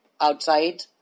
outside